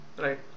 right